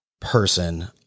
person